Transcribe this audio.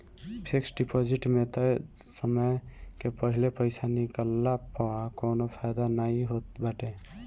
fix deposit में तय समय के पहिले पईसा निकलला पअ कवनो फायदा नाइ होत बाटे